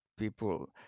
people